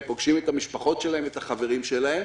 הם פוגשים את המשפחות שלהם ואת החברים שלהם,